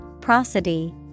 prosody